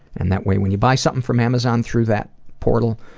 and that way, when you buy something from amazon through that portal,